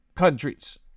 countries